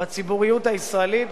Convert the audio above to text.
בציבוריות הישראלית,